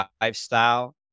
lifestyle